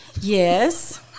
Yes